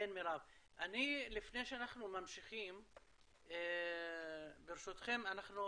לפני שאנחנו ממשיכים, ברשותכם אנחנו